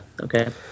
okay